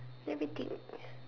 let me think